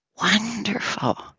wonderful